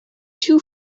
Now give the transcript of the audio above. too